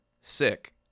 sick